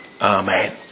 Amen